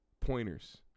pointers